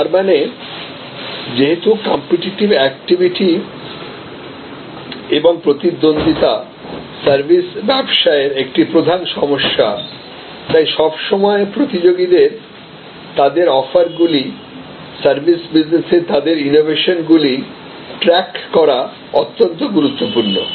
তার মানে যেহেতু কম্পিটিটিভ অ্যাক্টিভিটি এবং প্রতিদ্বন্দ্বীতা সার্ভিস ব্যবসায়ের একটি প্রধান সমস্যা তাই সব সময় প্রতিযোগীদের তাদের অফারগুলি সার্ভিস বিজনেসে তাদের ইনোভেশন গুলি ট্র্যাক করা অত্যন্ত গুরুত্বপূর্ণ